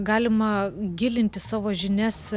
galima gilinti savo žinias